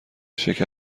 شکر